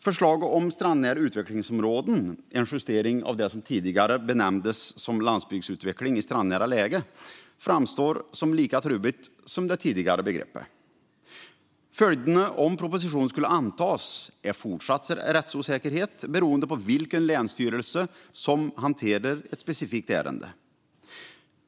Förslaget om strandnära utvecklingsområden, en justering av det som tidigare benämndes landsbygdsutveckling i strandnära läge, framstår som lika trubbigt som det tidigare begreppet. Följderna om propositionen skulle antas är fortsatt rättsosäkerhet beroende på vilken länsstyrelse som hanterar ett specifikt ärende.